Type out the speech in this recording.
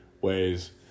ways